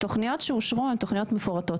תוכניות שאושרו הן תוכניות מפורטות,